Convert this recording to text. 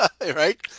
Right